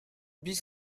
bis